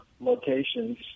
locations